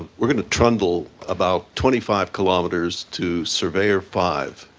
we're going to trundle about twenty five kilometers to surveyor five,